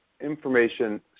information